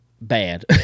bad